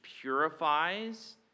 purifies